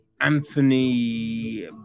Anthony